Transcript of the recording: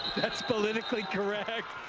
that's politically correct.